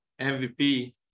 MVP